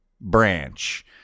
branch